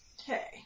Okay